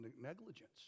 negligence